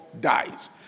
dies